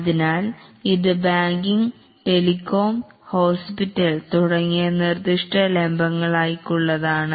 അതിനാൽ ഇത് banking telecom hospital തുടങ്ങിയ നിർദിഷ്ട ലംബങ്ങൾക്കായുള്ളതാണ്